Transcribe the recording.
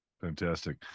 Fantastic